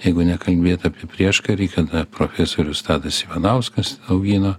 jeigu nekalbėt apie prieškarį kada profesorius tadas ivanauskas augino